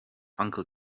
uncle